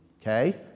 Okay